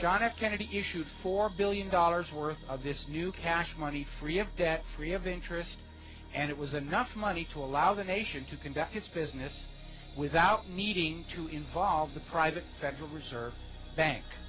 john f kennedy issued four billion dollars worth of this new cash money free of debt free of interest and it was enough money to allow the nation to conduct its business without needing to involve the private federal reserve bank